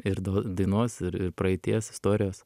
ir dainos ir ir praeities istorijos